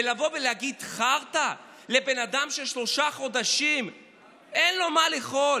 ולבוא ולהגיד "חרטא" לבן אדם ששלושה חודשים אין לו מה לאכול